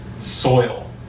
soil